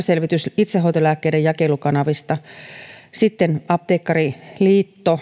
selvitys itsehoitolääkkeiden jakelukanavista sitten apteekkariliitto